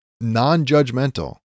non-judgmental